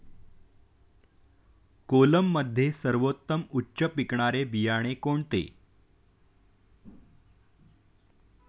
कोलममध्ये सर्वोत्तम उच्च पिकणारे बियाणे कोणते?